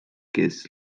kes